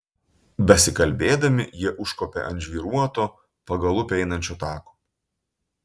besikalbėdami jie užkopė ant žvyruoto pagal upę einančio tako